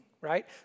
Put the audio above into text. right